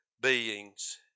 beings